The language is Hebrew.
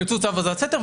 באמצעות צו האזנת סתר,